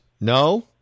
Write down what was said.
no